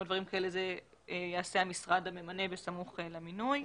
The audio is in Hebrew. את זה יעשה המשרד הממנה בסמוך למינוי.